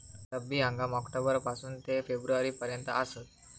रब्बी हंगाम ऑक्टोबर पासून ते फेब्रुवारी पर्यंत आसात